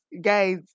guys